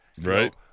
Right